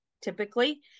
typically